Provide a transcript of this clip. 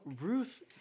Ruth